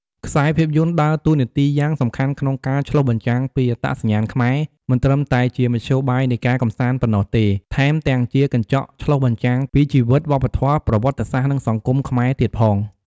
ខ្សែភាពយន្តដើរតួនាទីយ៉ាងសំខាន់ក្នុងការឆ្លុះបញ្ចាំងពីអត្តសញ្ញាណខ្មែរ មិនត្រឹមតែជាមធ្យោបាយនៃការកម្សាន្តប៉ុណ្ណោះទេ ថែមទាំងជាកញ្ចក់ឆ្លុះបញ្ចាំងពីជីវិត វប្បធម៌ ប្រវត្តិសាស្ត្រ និងសង្គមខ្មែរទៀតផង។